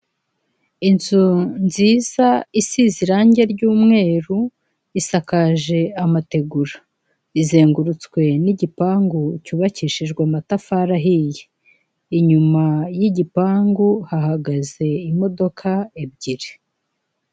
Inzu nziza isize irangi ry'umweru isakaje amategura, izengurutswe n'igipangu cyubakishijwe amatafari ahiye, inyuma y'igipangu hahagaze imodoka ebyiri.